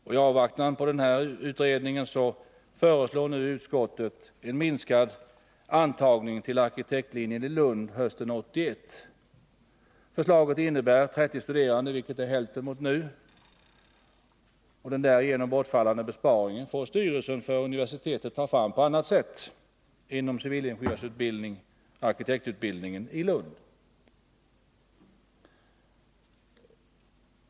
I avvaktan på utredningen föreslår nu utskottet en minskad intagning till arkitektlinjen i Lund hösten 1981. Förslaget innebär 30 studerande, vilket är hälften mot nu. Den därigenom bortfallande besparingen får styrelsen för universitetet ta fram på annat sätt inom civilingenjörsutbildningen och arkitektutbildningen i Lund.